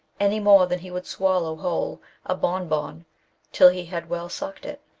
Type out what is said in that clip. any more than he would swallow whole a bon-bon till he had well sucked it.